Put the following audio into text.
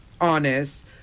honest